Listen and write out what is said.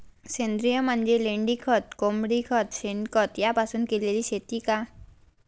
सेंद्रिय म्हणजे लेंडीखत, कोंबडीखत, शेणखत यापासून केलेली शेती का?